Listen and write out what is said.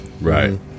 right